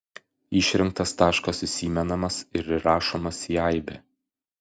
išrinktas taškas įsimenamas ir įrašomas į aibę